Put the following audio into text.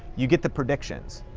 you get the predictions.